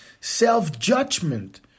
self-judgment